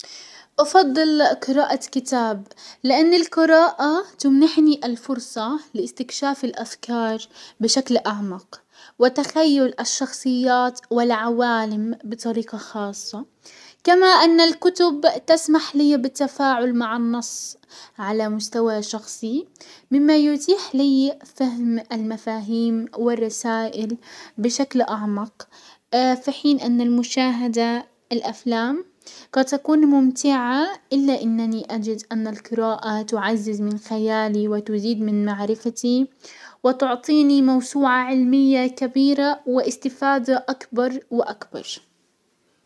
افضل قراءة كتاب، لان القراءة تمنحني الفرصة لاستكشاف الافكار بشكل اعمق وتخيل الشخصيات والعوالم بطريقة خاصة، كما ان الكتب تسمح لي بالتفاعل النص على مستوى شخصي، مما يتيح لي فهم المفاهيم والرسائل بشكل اعمق، في حين ان المشاهدة الافلام قد تكون ممتعة، الا انني اجد ان القراءة تعزز من خيالي وتزيد من معرفتي وتعطيني موسوعة علمية كبيرة واستفادة اكبر واكبر.